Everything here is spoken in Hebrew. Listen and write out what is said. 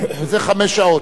זה חמש שעות.